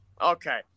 Okay